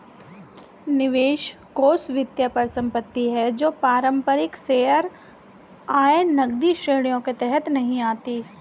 निवेश कोष वित्तीय परिसंपत्ति है जो पारंपरिक शेयर, आय, नकदी श्रेणियों के तहत नहीं आती